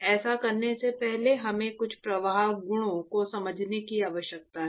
ऐसा करने से पहले हमें कुछ प्रवाह गुणों को समझने की आवश्यकता है